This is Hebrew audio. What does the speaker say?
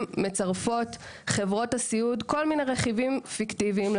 מצרפות חברות הסיעוד כל מיני רכיבים פיקטיביים,